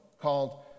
called